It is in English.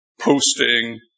posting